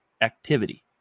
activity